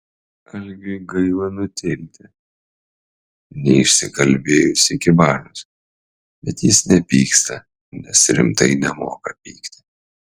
algiui gaila nutilti neišsikalbėjus iki valios bet jis nepyksta nes rimtai nemoka pykti